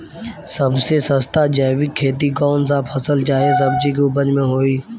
सबसे सस्ता जैविक खेती कौन सा फसल चाहे सब्जी के उपज मे होई?